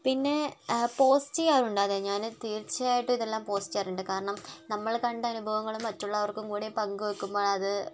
പിന്നെ പോസ്റ്റ് ചെയ്യാറുണ്ട് അത് ഞാൻ തീർച്ചയായിട്ടും ഇതെല്ലാം പോസ്റ്റ് ചെയ്യാറുണ്ട് കാരണം നമ്മൾ കണ്ട അനുഭവങ്ങൾ മറ്റുള്ളവർക്കും കൂടെ പങ്കുവയ്ക്കുമ്പോൾ അത്